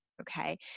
okay